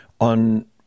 on